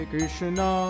Krishna